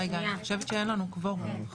רגע, אני חושבת שאין לנו קוורום.